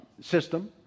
system